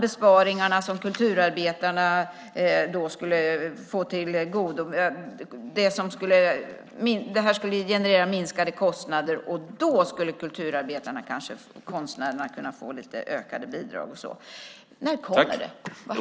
Besparingarna skulle generera minskade kostnader, och då skulle kulturarbetarna och konstnärerna få ökade bidrag. När kommer det?